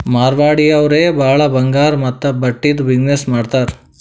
ಮಾರ್ವಾಡಿ ಅವ್ರೆ ಭಾಳ ಬಂಗಾರ್ ಮತ್ತ ಬಟ್ಟಿದು ಬಿಸಿನ್ನೆಸ್ ಮಾಡ್ತಾರ್